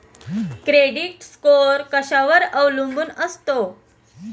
Credit score कशावर अवलंबून असतो?